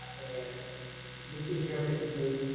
and you see here, basically,